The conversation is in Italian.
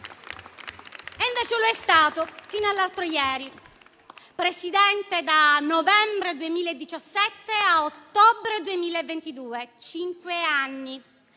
Invece lo è stato, fino all'altro ieri: Presidente da novembre 2017 a ottobre 2022. Cinque anni!